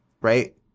Right